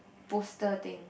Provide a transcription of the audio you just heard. poster thing